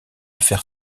faire